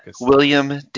William